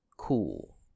cool